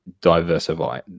diversify